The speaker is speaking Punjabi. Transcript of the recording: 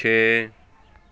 ਛੇ